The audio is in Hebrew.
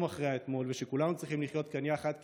אחרי האתמול ושכולנו צריכים לחיות כאן יחד,